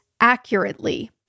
accurately